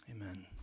Amen